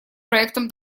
проектом